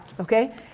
okay